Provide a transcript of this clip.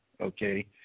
okay